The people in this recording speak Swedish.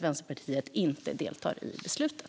Vänsterpartiet deltar inte i beslutet.